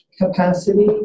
capacity